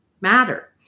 matter